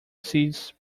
sees